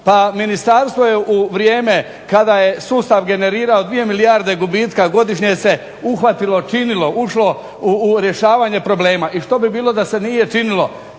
Pa Ministarstvo je u vrijeme kada je sustav generirao 2 milijarde gubitka godišnje se uhvatilo, činilo i ušlo u rješavanje problema i što bi bilo da se nije činilo,